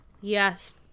Yes